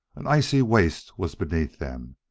an icy waste was beneath them,